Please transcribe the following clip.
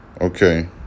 Okay